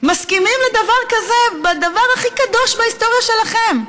מסכימים לדבר כזה בדבר הכי קדוש בהיסטוריה שלכם?